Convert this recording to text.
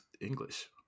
English